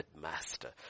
master